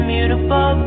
Beautiful